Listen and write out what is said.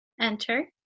enter